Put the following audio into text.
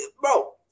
bro